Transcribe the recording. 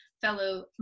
fellow